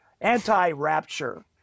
anti-rapture